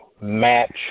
match